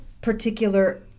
particular